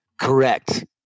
correct